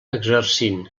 exercint